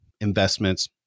investments